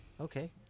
Okay